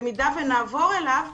במידה ונעבור אליו,